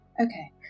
Okay